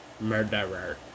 Murderer